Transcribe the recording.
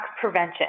prevention